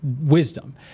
wisdom